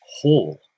whole